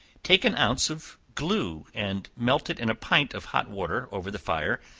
take an ounce of glue, and melt it in a pint of hot water over the fire,